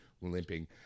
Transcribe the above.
limping